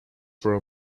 for